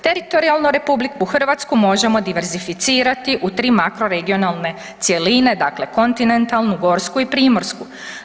Teritorijalno RH možemo diverzificirati u 3 makro regionalne cjeline, dakle kontinentalnu, gorsku i primorsku.